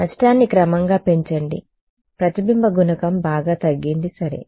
నష్టాన్ని క్రమంగా పెంచండి ప్రతిబింబ గుణకం బాగా తగ్గింది సరే